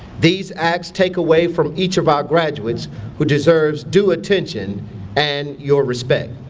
these acts take away from each of our graduates who deserves due attention and your respect.